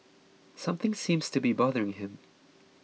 something seems to be bothering him